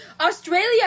Australia